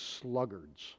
sluggards